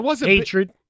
hatred